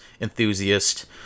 enthusiast